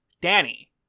Danny